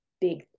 big